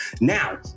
Now